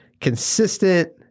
consistent